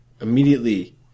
immediately